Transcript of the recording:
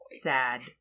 sad